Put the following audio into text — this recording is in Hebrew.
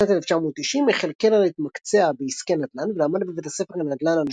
בשנת 1990 החל קלר להתמקצע בעסקי נדל"ן ולמד בבית הספר לנדל"ן